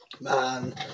Man